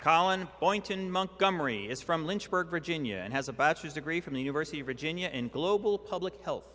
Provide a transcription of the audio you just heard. collen point in montgomery is from lynchburg virginia and has a bachelor's degree from the university of virginia in global public health